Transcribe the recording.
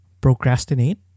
procrastinate